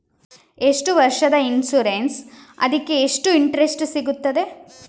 ಎಷ್ಟು ವರ್ಷದ ಇನ್ಸೂರೆನ್ಸ್ ಅದಕ್ಕೆ ಎಷ್ಟು ಇಂಟ್ರೆಸ್ಟ್ ಸಿಗುತ್ತದೆ?